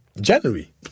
January